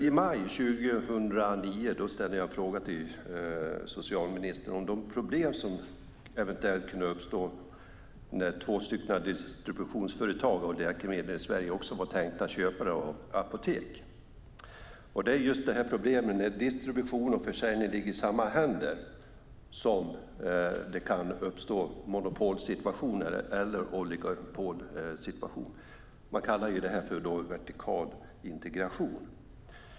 I maj 2009 ställde jag en fråga till socialministern om de problem som eventuellt kunde uppstå när två distributionsföretag av läkemedel i Sverige också var tänkta köpare av apotek. Problemet när distribution och försäljning ligger i samma händer är just att det kan uppstå monopol eller oligopolsituationer. Det här kallas vertikal integration.